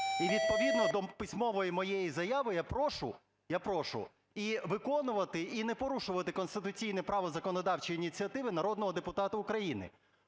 І відповідно до письмової моєї заяви я прошу, я прошу і виконувати, і не порушувати конституційне право законодавчої ініціативи народного депутата України.